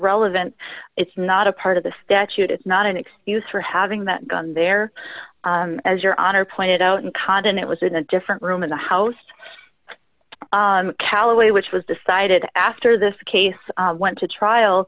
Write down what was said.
relevant it's not a part of the statute it's not an excuse for having that gun there as your honor pointed out in condon it was in a different room in the house callaway which was decided after this case went to trial